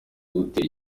gutera